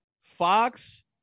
Fox